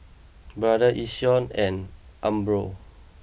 Brother Yishion and Umbro